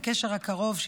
הקשר הקרוב,